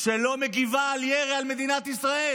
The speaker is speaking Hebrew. שלא מגיבים על ירי על מדינת ישראל,